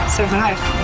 Survive